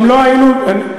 אם לא היו בונים,